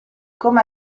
come